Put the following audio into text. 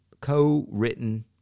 co-written